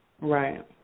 Right